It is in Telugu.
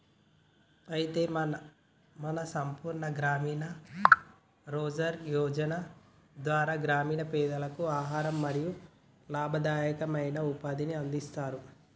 అయితే మన సంపూర్ణ గ్రామీణ రోజ్గార్ యోజన ధార గ్రామీణ పెదలకు ఆహారం మరియు లాభదాయకమైన ఉపాధిని అందిస్తారు